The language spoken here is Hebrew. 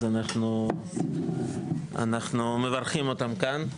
אז אנחנו מברכים אותם כאן,